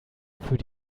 für